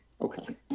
Okay